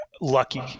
Lucky